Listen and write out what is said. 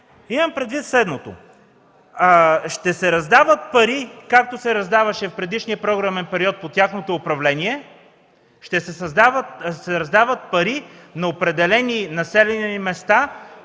Имам предвид, че ще се раздават пари, както се раздаваха в предишния програмен период, по време на тяхното управление. Ще се раздават пари на определени населени места